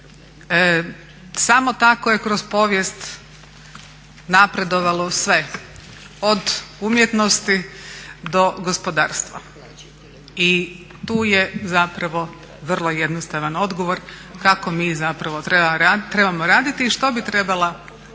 Samo tako je kroz povijest napredovalo sve od umjetnosti do gospodarstva. I tu je zapravo vrlo jednostavan odgovor kako mi zapravo trebamo raditi i što bi trebala biti